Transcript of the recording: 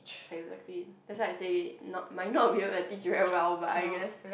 exactly that's why I say not might not to teach you as well but I guess